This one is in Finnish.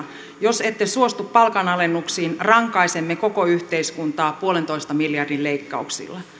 jos ette suostu palkanalennuksiin rankaisemme koko yhteiskuntaa yhden pilkku viiden miljardin leikkauksilla